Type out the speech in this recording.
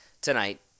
tonight